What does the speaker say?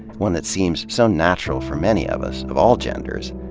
one that seems so natural for many of us, of all genders,